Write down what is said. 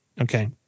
Okay